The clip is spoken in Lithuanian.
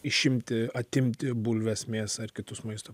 išimti atimti bulves mėsą ar kitus maisto